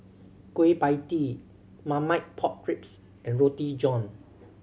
Kueh Pie Tee Marmite Pork Ribs and Roti John